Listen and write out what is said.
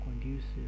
conducive